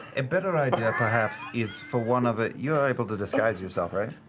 a better idea, perhaps, is for one of ah you're able to disguise yourself, right?